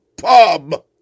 pub